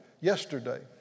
yesterday